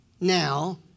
now